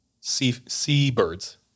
seabirds